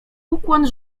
ukłon